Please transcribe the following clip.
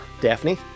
Daphne